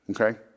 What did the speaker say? Okay